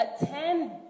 attend